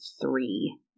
three